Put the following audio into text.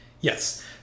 Yes